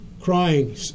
crying